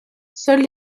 seuls